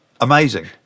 Amazing